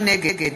נגד